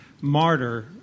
martyr